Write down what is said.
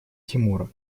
тимура